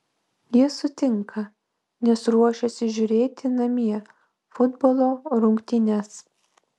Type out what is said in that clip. jis sutinka nes ruošiasi žiūrėti namie futbolo rungtynes